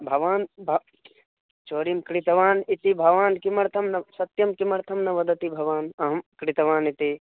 भवान् भो चौर्यं कृतवान् इति भवान् किमर्थं न सत्यं किमर्थं न वदति भवान् अहं कृतवान् इति